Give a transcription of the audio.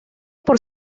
por